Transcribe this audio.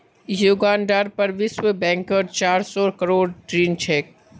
युगांडार पर विश्व बैंकेर चार सौ करोड़ ऋण छेक